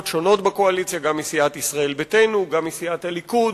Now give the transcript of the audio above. גם מסיעת ישראל ביתנו, גם מסיעת הליכוד,